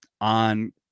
on